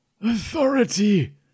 authority